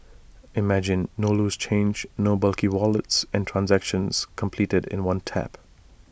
imagine no loose change no bulky wallets and transactions completed in one tap